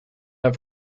i’ve